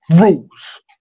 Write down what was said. Rules